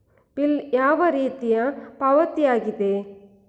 Bill ಯಾವ ರೀತಿಯ ಪಾವತಿಯಾಗಿದೆ?